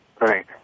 right